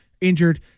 injured